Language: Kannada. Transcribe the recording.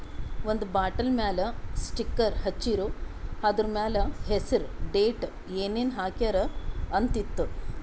ಒಂದ್ ಬಾಟಲ್ ಮ್ಯಾಲ ಸ್ಟಿಕ್ಕರ್ ಹಚ್ಚಿರು, ಅದುರ್ ಮ್ಯಾಲ ಹೆಸರ್, ಡೇಟ್, ಏನೇನ್ ಹಾಕ್ಯಾರ ಅಂತ್ ಇತ್ತು